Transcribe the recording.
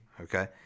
okay